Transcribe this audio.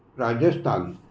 Rajasthan